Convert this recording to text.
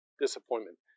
disappointment